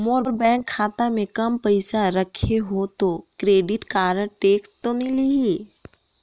मोर bank खाता मे काम पइसा रखे हो तो क्रेडिट कारड टेक्स तो नइ लाही???